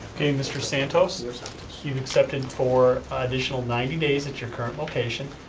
okay, mr. santos. you're accepted for additional ninety days at your current location,